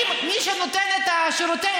אם מי שנותן את שירותי,